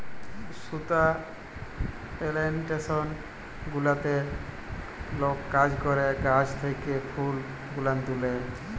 সুতা পেলেনটেসন গুলাতে লক কাজ ক্যরে গাহাচ থ্যাকে ফুল গুলান তুলে